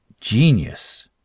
genius